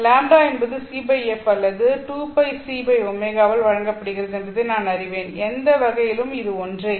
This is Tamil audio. λ என்பது cf அல்லது 2πcω ஆல் வழங்கப்படுகிறது என்பதை நான் அறிவேன் எந்த வகையிலும் இது ஒன்றே